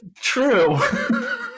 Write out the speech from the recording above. True